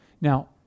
Now